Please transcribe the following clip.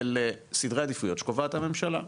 אלה סדרי עדיפויות שקובעת הממשלה,